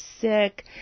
sick